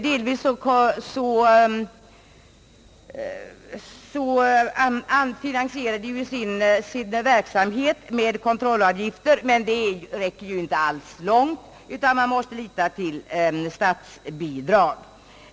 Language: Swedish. Delvis finansierar varudeklarationsnämnden sin verksamhet med kontrollavgifter, men de räcker inte långt. Nämnden måste lita till statsbidrag.